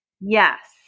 yes